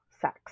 sex